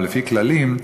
ולפי כללים,